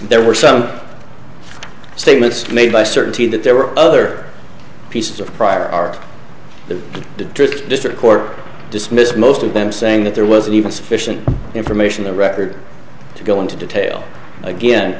there were some statements made by certainty that there were other pieces of prior art that the drift district court dismissed most of them saying that there wasn't even sufficient information a record to go into detail again